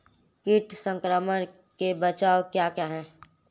कीट संक्रमण के बचाव क्या क्या हैं?